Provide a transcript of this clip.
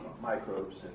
microbes